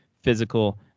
physical